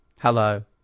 Hello